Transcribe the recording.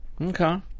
Okay